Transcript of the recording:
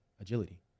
agility